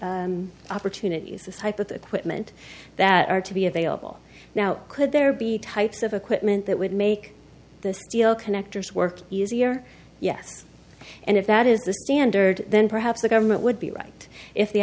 safety opportunities of type of equipment that are to be available now could there be types of equipment that would make the steel connectors work easier yes and if that is the standard then perhaps the government would be right if the